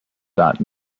dot